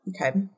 Okay